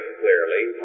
clearly